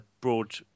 broad